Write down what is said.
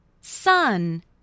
sun